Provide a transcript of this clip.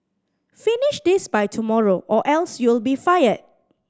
finish this by tomorrow or else you'll be fired